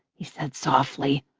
he said softly.